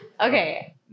Okay